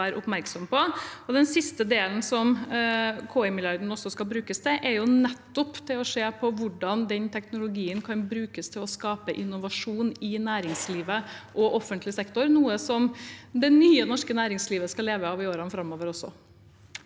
den siste delen som KI-milliarden skal brukes til, er nettopp å se på hvordan den teknologien kan brukes til å skape innovasjon i næringslivet og offentlig sektor, noe som det nye norske næringslivet skal leve av også i årene framover.